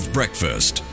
Breakfast